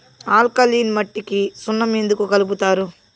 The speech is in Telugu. ఆల్కలీన్ మట్టికి సున్నం ఎందుకు కలుపుతారు